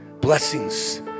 blessings